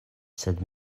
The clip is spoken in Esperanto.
sed